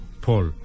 Paul